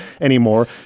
anymore